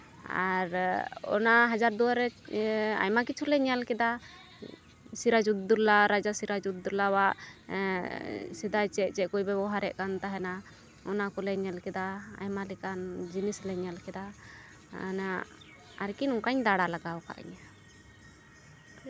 ᱟᱨ ᱚᱱᱟ ᱦᱟᱡᱟᱨ ᱫᱩᱣᱟᱨᱤ ᱟᱭᱢᱟ ᱠᱤᱪᱷᱩᱞᱮ ᱧᱮᱞ ᱠᱮᱫᱟ ᱥᱤᱨᱟᱡᱩᱫᱽᱫᱳᱞᱞᱟ ᱨᱟᱡᱟ ᱥᱤᱨᱟᱡᱩᱫᱽᱫᱳᱞᱞᱟᱣᱟᱜ ᱥᱮᱫᱟᱭ ᱪᱮᱫ ᱪᱮᱫ ᱠᱚᱭ ᱵᱮᱵᱚᱦᱟᱨᱮᱫ ᱠᱟᱱ ᱛᱟᱦᱮᱱᱟ ᱚᱱᱟ ᱠᱚᱞᱮ ᱧᱮᱞ ᱠᱮᱫᱟ ᱟᱭᱢᱟ ᱞᱮᱠᱟᱱ ᱡᱤᱱᱤᱥ ᱞᱮ ᱧᱮᱞ ᱠᱮᱫᱟ ᱦᱟᱱᱟ ᱟᱨᱠᱤ ᱱᱚᱝᱠᱟᱧ ᱫᱟᱬᱟ ᱞᱮᱸᱜᱟᱣ ᱠᱟᱫ ᱜᱮᱭᱟ